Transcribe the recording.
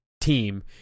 team